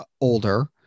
older